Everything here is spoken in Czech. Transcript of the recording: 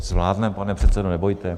Zvládneme, pane předsedo, nebojte.